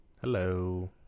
Hello